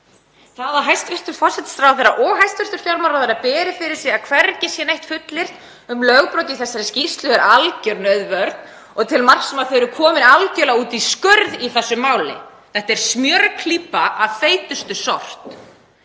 Það að hæstv. forsætisráðherra og hæstv. fjármálaráðherra beri fyrir sig að hvergi sé neitt fullyrt um lögbrot í þessari skýrslu er algjör nauðvörn og til marks um að þau eru komin algjörlega út í skurð í þessu máli. Þetta er smjörklípa af feitustu sort.